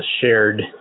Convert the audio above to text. shared